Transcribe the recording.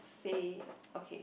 say okay